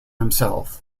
himself